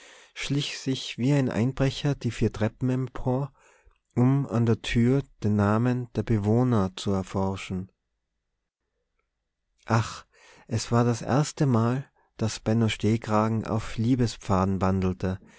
schlich sich wie ein einbrecher die vier treppen empor um an der türe den namen der bewohner zu erforschen ach es war das erstemal daß benno stehkragen auf liebespfaden wandelte